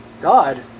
God